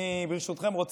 ברשותכם,